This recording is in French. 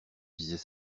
disais